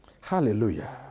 Hallelujah